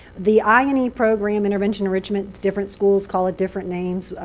the i and e program intervention enrichment different schools call it different names.